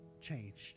changed